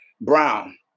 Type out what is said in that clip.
Brown